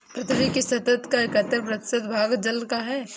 पृथ्वी की सतह का इकहत्तर प्रतिशत भाग जल है